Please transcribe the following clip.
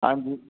आं जी